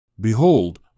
Behold